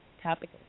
Topic